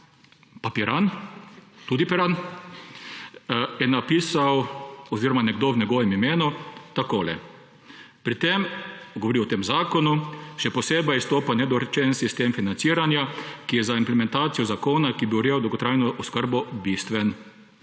pa Piran, tudi Piran; je napisal oziroma nekdo v njegovem imenu o tem zakonu takole: Pri tem zakonu še posebej izstopa nedorečen sistem financiranja, ki je za implementacijo zakona, ki bi urejal dolgotrajno oskrbo, bistven.